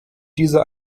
dieser